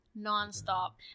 non-stop